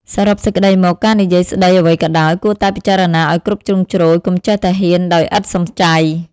សរុបសេចក្ដីមក ការនិយាយស្ដីអ្វីក៏ដោយ គួរតែពិចារណាឱ្យគ្រប់ជ្រុងជ្រោយ កុំចេះតែហ៊ានដោយឥតសំចៃ។